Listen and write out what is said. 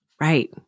Right